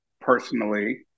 personally